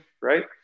right